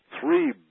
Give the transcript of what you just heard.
Three